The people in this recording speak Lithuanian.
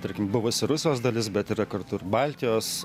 tarkim buvusi rusijos dalis bet yra kartu ir baltijos